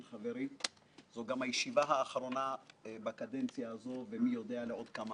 היא גם הישיבה האחרונה בקדנציה הזו ומי יודע לעוד כמה